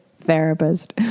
therapist